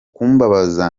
kumbaza